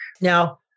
Now